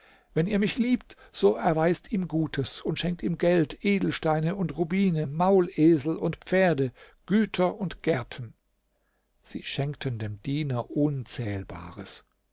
wenn ihr mich liebt so erweist ihm gutes und schenkt ihm geld edelsteine und rubine maulesel und pferde güter und gärten sie schenkten dem diener unzählbares